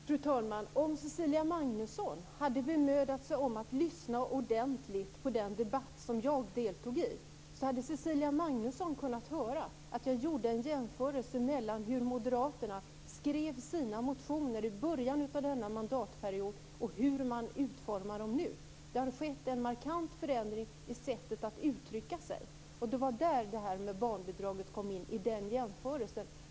Fru talman! Om Cecilia Magnusson hade bemödat sig om att lyssna ordentligt på den debatt som jag deltog i hade hon kunnat höra att jag gjorde en jämförelse mellan hur moderaterna skrev sina motioner i början av denna mandatperiod och hur de utformar dem nu. Det har skett en markant förändring i sättet att uttrycka sig. Det var i den jämförelsen resonemanget om barnbidraget kom in.